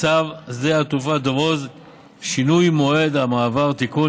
צו שדה התעופה דב הוז (שינוי מועד המעבר) (תיקון),